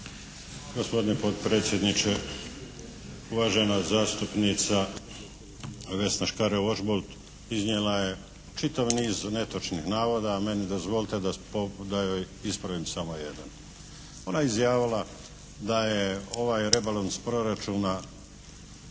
Gospodine potpredsjedniče, uvažena zastupnica Vesna Škare Ožbolt iznijela je čitav niz netočnih navoda, a meni dozvolite da joj ispravim samo jedan. Ona je izjavila da je ovaj rebalans proračuna